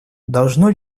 должно